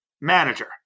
manager